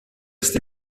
ist